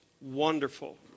wonderful